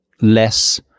less